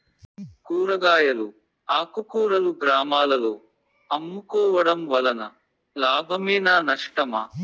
కూరగాయలు ఆకుకూరలు గ్రామాలలో అమ్ముకోవడం వలన లాభమేనా నష్టమా?